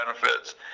benefits